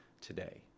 today